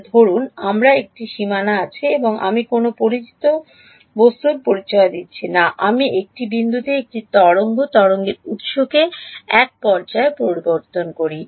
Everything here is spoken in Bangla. যে ধরুন আমার একটি সীমানা আছে এবং আমি কোনও বস্তুর পরিচয় দিচ্ছি না এবং আমি একটি বিন্দুতে একটি তরঙ্গ উত্সকে এক পর্যায়ে প্রবর্তন করি